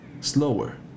slower